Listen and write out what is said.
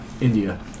India